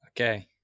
Okay